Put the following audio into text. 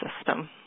system